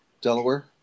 Delaware